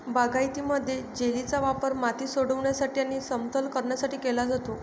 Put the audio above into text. बागायतीमध्ये, जेलीचा वापर माती सोडविण्यासाठी आणि समतल करण्यासाठी केला जातो